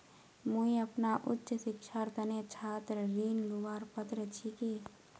मुई अपना उच्च शिक्षार तने छात्र ऋण लुबार पत्र छि कि?